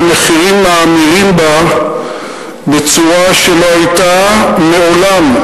שהמחירים מאמירים בה בצורה שלא היתה מעולם,